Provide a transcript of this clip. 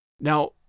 Now